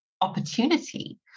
opportunity